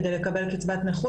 כדי לקבל קצבת נכות,